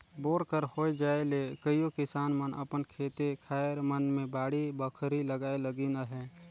bore कर होए जाए ले कइयो किसान मन अपन खेते खाएर मन मे बाड़ी बखरी लगाए लगिन अहे